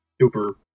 super